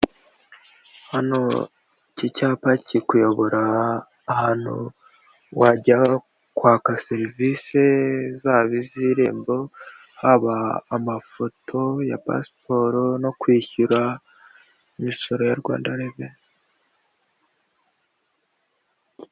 Hano iki cyapa kirikuyobora ahantu wajya kwaka serivisi zaba iz'irembo, haba amafoto ya pasiporo no kwishyura imisoro ya Rwanda Reveni